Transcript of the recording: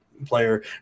player